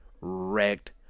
wrecked